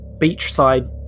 beachside